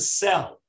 sell